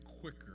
quicker